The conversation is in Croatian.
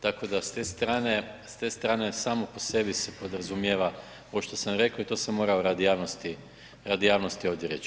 Tako da s te strane samo po sebi se podrazumijeva ovo što sam rekao i to sam morao radi javnosti, radi javnosti ovdje reći.